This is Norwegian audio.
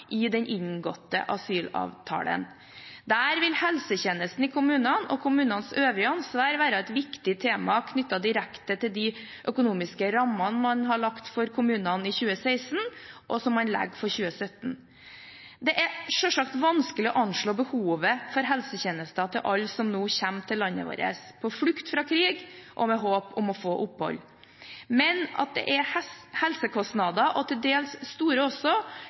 i den inngåtte asylavtalen. Der vil helsetjenesten i kommunene og kommunenes øvrige ansvar være et viktig tema knyttet direkte til de økonomiske rammene man har lagt for kommunene i 2016, og som man legger for 2017. Det er selvsagt vanskelig å anslå behovet for helsetjenester til alle som nå kommer til landet vårt på flukt fra krig, og med håp om å få opphold. Men at det er helsekostnader, og til dels store også,